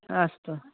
अस्तु